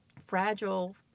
fragile